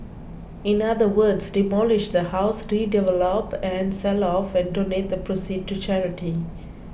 in other words demolish the house redevelop and sell off and donate the proceeds to charity